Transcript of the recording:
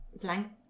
blank